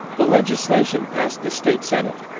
the legislation passed the state senate.